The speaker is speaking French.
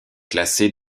classée